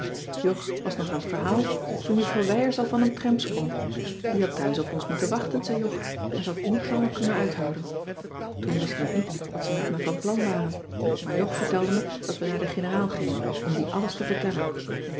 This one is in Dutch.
jog was nog aan t verhaal toen juffrouw wijers al van een tram sprong die had thuis op ons moeten wachten zei jog maar ze had het niet langer kunnen uithouden toen wist ik nog niet wat ze met me van plan waren maar jog vertelde me dat we naar de generaal gingen om die alles te vertellen